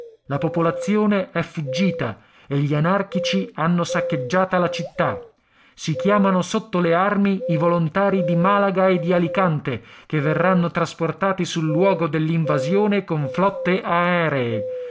la popolazione è fuggita e gli anarchici hanno saccheggiata la città si chiamano sotto le armi i volontari di malaga e di alicante che verranno trasportati sul luogo dell'invasione con flotte aeree